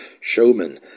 showman